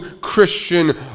Christian